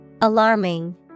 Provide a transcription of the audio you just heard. alarming